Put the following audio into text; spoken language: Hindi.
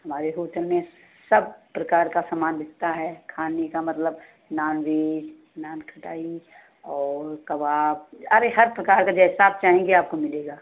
हमारे होटल में सब प्रकार का समान बिकता है खाने का मतलब नान वेज नान खटाई और कबाब अरे हर प्रकार का जैसा आप चाहेंगी आपको मिलेगा